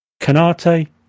Canate